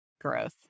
growth